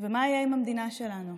ומה יהיה עם המדינה שלנו?